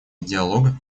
диалога